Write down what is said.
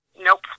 Nope